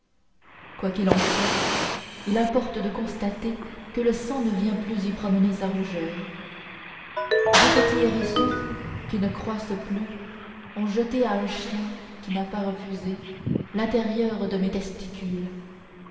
quoi qu'il en soit il importe de constater que le sang ne vient plus y promener sa rougeur deux petits hérissons qui ne croissent plus ont jeté à un chien qui n'a pas refusé l'intérieur de mes testicules